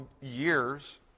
years